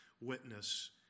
witness